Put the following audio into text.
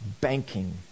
banking